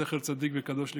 זכר צדיק וקדוש לברכה.